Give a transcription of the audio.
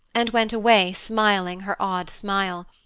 and went away smiling her odd smile,